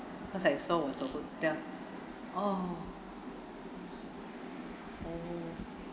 cause I saw was a hotel oh oh